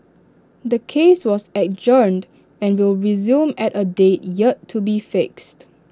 the case was adjourned and will resume at A date yet to be fixed